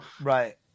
Right